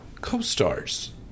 co-stars